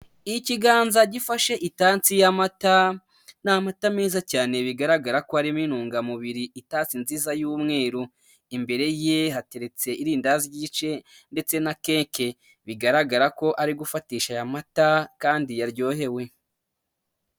Ikiganza gifashe itansi y'amata, ni amata meza cyane bigaragara ko arimo intungamubiri, itasi nziza y'umweru, imbere ye hateretse irindazi ry'igice ndetse na kake bigaragara ko ari gufatisha aya mata kandi yaryohewe.